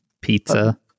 Pizza